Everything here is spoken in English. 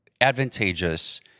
advantageous